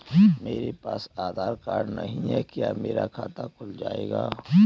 मेरे पास आधार कार्ड नहीं है क्या मेरा खाता खुल जाएगा?